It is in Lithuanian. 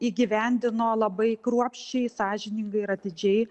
įgyvendino labai kruopščiai sąžiningai ir atidžiai